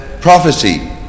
prophecy